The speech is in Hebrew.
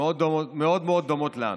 מאוד דומות לנו.